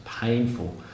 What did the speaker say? painful